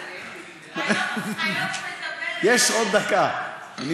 יש עוד דקה.